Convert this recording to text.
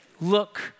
look